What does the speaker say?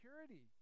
security